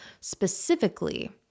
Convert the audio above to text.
specifically